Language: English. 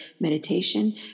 meditation